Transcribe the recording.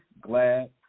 glad